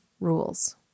rules